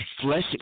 flesh